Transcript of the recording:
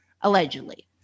allegedly